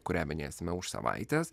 kurią minėsime už savaitės